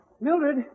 Mildred